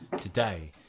today